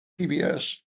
PBS